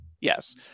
Yes